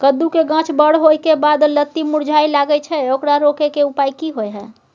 कद्दू के गाछ बर होय के बाद लत्ती मुरझाय लागे छै ओकरा रोके के उपाय कि होय है?